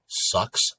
sucks